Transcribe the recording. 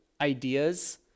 ideas